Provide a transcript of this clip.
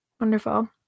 Wonderful